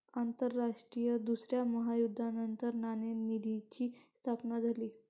आंतरराष्ट्रीय दुसऱ्या महायुद्धानंतर नाणेनिधीची स्थापना झाली